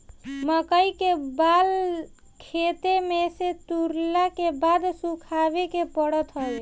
मकई के बाल खेते में से तुरला के बाद सुखावे के पड़त हवे